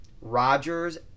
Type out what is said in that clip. Rodgers